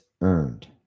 earned